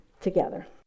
together